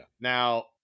Now